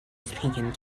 speaking